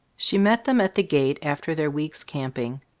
she met them at the gate, after their week's camping.